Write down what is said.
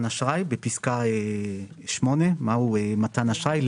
אשראי" בפסקה 8 מה הוא מתן אשראי,